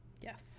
Yes